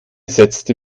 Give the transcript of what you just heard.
setzte